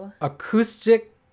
acoustic